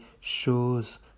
shows